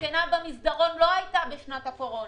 הזקנה במסדרון לא הייתה בשנת הקורונה,